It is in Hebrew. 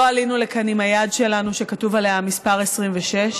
לא עלינו לכאן עם היד שלנו שכתוב עליה המספר 26,